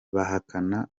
bahakana